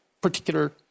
particular